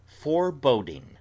Foreboding